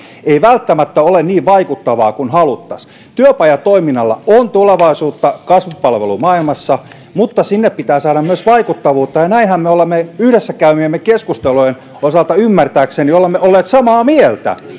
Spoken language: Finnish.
eivät välttämättä ole niin vaikuttavaa kuin haluttaisiin työpajatoiminnalla on tulevaisuutta kasvupalvelumaailmassa mutta sinne pitää saada myös vaikuttavuutta ja siitähän me olemme yhdessä käymiemme keskustelujen osalta ymmärtääkseni olleet samaa mieltä